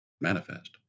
manifest